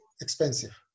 expensive